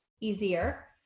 easier